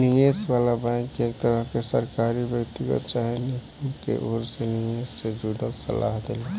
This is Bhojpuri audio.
निवेश वाला बैंक एक तरह के सरकारी, व्यक्तिगत चाहे निगम के ओर से निवेश से जुड़ल सलाह देला